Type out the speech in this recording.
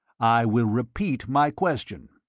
i will repeat my question,